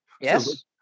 yes